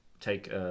take